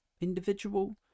individual